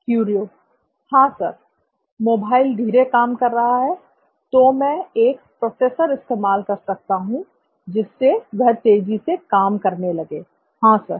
क्युरिओ हां sir mobile धीमे काम कर रहा है तो मैं एक प्रोसेसर इस्तेमाल कर सकता हूं जिससे वह तेजी से काम करने लगे हां सर